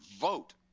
vote